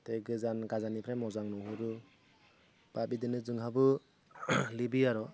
त' गोजान गोजाननिफ्राय मोजां नुहरो बा बिदिनो जोंहाबो लुबैयो आरो